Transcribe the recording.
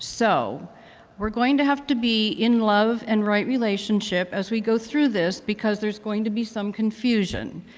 so we're going to have to be in love and right relationship as we go through this, because there's going to be some confusion.